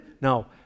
No